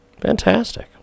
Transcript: Fantastic